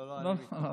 לא, לא.